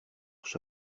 leurs